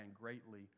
greatly